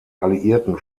alliierten